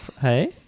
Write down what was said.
Hey